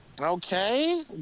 Okay